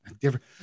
different